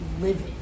living